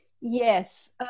Yes